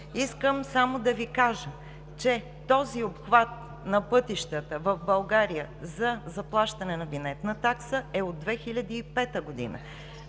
Искам само да Ви кажа, че този обхват на пътищата в България за заплащане на винетна такса е от 2005 г.